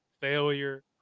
failure